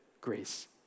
grace